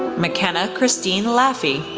makenna kristine laffey,